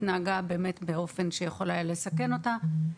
התנהגה באופן שיכול היה לסכן אותה.